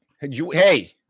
hey